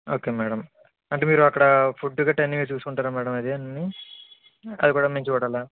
okay madam అంటే మీరు అక్కడ ఫుడ్ గట్టా అన్నీ మీరు చూసుకుంటారా మ్యాడమ్ అది అన్నీ అది కూడా మేము చూడాలా